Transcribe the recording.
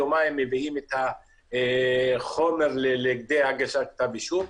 יומיים מביאים את החומר לידי הגשת כתב אישום.